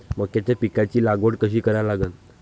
मक्याच्या पिकाची लागवड कशी करा लागन?